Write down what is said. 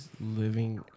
living